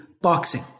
boxing